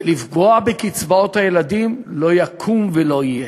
ולפגוע בקצבאות הילדים, לא יקום ולא יהיה.